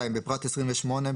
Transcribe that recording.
בפרט 28,